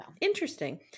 Interesting